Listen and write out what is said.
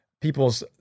people's